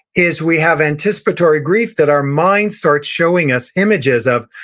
is we have anticipatory grief, that our mind starts showing us images of,